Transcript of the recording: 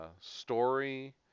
story